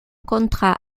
contrat